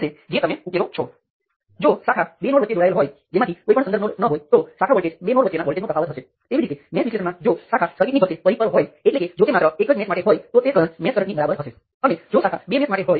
હવે એક કેસ જે ખાસ કરીને જાત વિશ્લેષણ માટે છે આ મેશ વિશ્લેષણ વધુ ઉપયોગી હોઈ શકે છે તે એ છે કે તમે દેખીતી રીતે જોશો કે લૂપની સંખ્યા ઓછી છે પરંતુ દરેક લૂપ્સ શ્રેણીમાં સંખ્યાબંધ ઘટકો ધરાવે છે